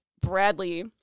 Bradley